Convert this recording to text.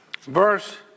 Verse